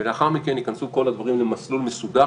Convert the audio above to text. ולאחר מכן ייכנסו כל הדברים למסלול מסודר,